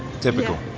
Typical